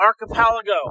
archipelago